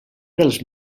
dels